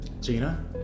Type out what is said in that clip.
Gina